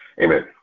Amen